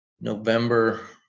november